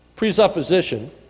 presupposition